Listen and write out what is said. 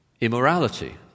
immorality